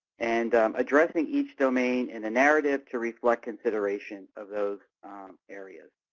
and addressing each domain in a narrative to reflect consideration of those areas.